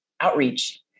outreach